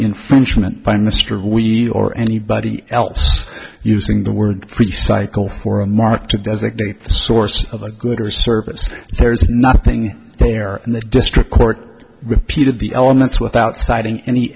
infringement by mr we or anybody else using the word free cycle for a mark to designate the source of a good or service there's nothing there and the district court repeated the elements without citing any